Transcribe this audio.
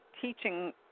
teaching